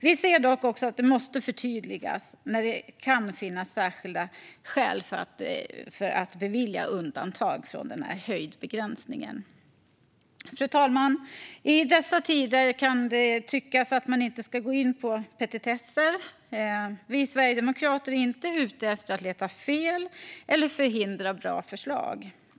Vi anser dock att det måste förtydligas när det kan finnas särskilda skäl att bevilja undantag från höjdbegränsningen. Fru talman! I dessa tider kan det tyckas att man inte ska gå in på petitesser. Vi sverigedemokrater är inte ute efter att leta fel eller förhindra bra förslag.